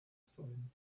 sein